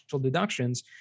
deductions